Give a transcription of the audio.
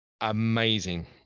amazing